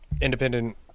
independent